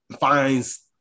finds